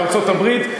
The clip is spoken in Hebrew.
ולא עם ארצות-הברית,